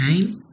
time